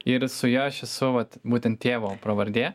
ir su ja aš esu vat būtent tėvo pravardė